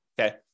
okay